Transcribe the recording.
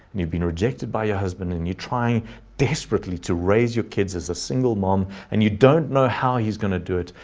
and you've been rejected by your husband, and you're trying desperately to raise your kids as a single mom, and you don't know how he's going to do it.